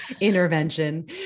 intervention